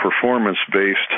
performance-based